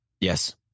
yes